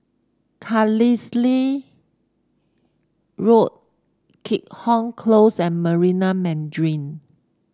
Carlisle Road Keat Hong Close and Marina Mandarin